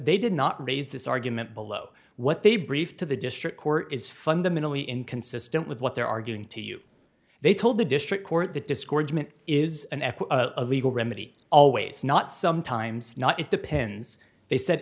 they did not raise this argument below what they briefed to the district court is fundamentally inconsistent with what they're arguing to you they told the district court that discouragement is an echo of legal remedy always not sometimes not it depends they said